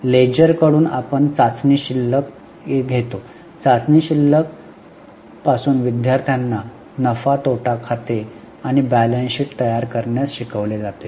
ledger कडून आपण चाचणी शिल्लक येतो चाचणी शिल्लक पासून विद्यार्थ्यांना नफा तोटा खाते आणि बॅलन्स शीट तयार करण्यास शिकवले जाते